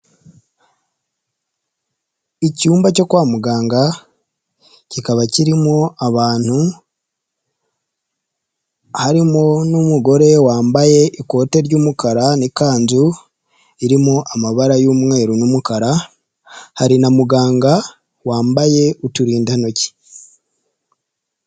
Icyumba cyo kwa muganga kikaba kirimo abantu, harimo n'umugore wambaye ikote ry'umukara n'ikanzu irimo amabara y'umweru n'umukara, hari na muganga wambaye uturindantoki.